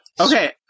Okay